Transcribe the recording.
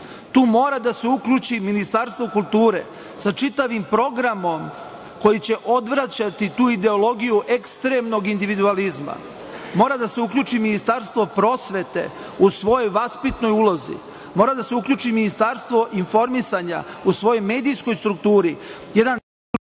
Tu mora da se uključi Ministarstvo kulture sa čitavim programom koji će odvraćati tu ideologiju ekstremnog individualizma. Mora da se uključi Ministarstvo prosvete u svojoj vaspitnoj ulozi. Mora da se uključi Ministarstvo informisanja u svojoj medijskoj strukturi,